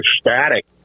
static